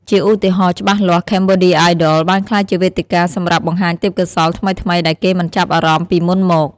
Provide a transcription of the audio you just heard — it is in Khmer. ជាឧទាហរណ៍ច្បាស់លាស់ "Cambodia Idol" បានក្លាយជាវេទិកាសម្រាប់បង្ហាញទេពកោសល្យថ្មីៗដែលគេមិនចាប់អារម្មណ៍ពីមុនមក។